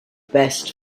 best